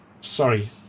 Sorry